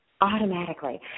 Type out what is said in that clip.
Automatically